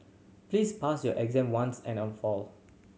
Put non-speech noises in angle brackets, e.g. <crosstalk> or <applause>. please pass your exam once and <unintelligible> for